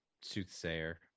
soothsayer